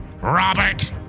Robert